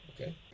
Okay